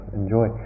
enjoy